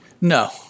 No